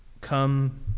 come